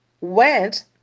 went